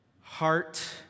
Heart